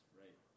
right